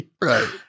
Right